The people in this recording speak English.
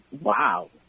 wow